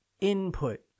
input